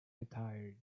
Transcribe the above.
retired